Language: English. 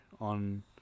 on